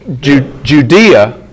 Judea